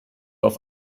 auf